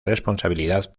responsabilidad